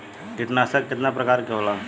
कीटनाशक केतना प्रकार के होला?